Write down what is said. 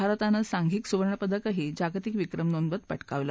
भारतानं सांधिक सुवर्णपदकही जागतिक विक्रम नोंदवत पटकावलं